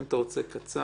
אם אתה רוצה, בבקשה קצר.